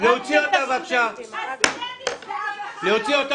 הרגתם את הסטודנטים.